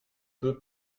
peu